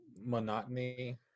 monotony